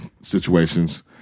situations